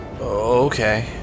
Okay